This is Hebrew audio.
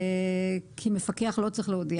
כי מפקח לא צריך להודיע.